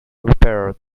repaired